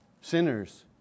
Sinners